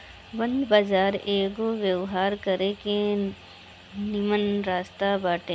bond बाजार एगो व्यवसाय करे के निमन रास्ता बाटे